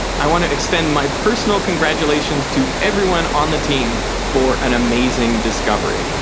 i want to extend my personal congratulations to everyone on the team for an amazing discovery.